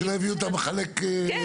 שלא יביאו את מחלק התה.